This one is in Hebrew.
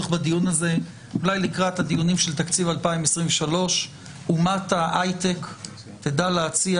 אולי לקראת הדיונים של תקציב 2023 אומת ההייטק תדע להציע